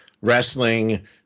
wrestling